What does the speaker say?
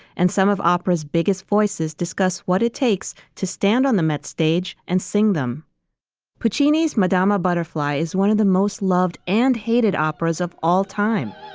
and some of opera's biggest voices discuss what it takes to stand on the met stage and sing them puccini's madama butterfly is one of the most loved and hated operas of all time